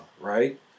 right